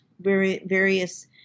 various